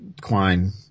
Klein